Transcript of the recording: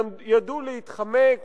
ידעו להתחמק